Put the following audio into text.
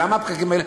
ולמה הפקקים האלה?